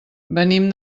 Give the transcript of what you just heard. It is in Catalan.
venim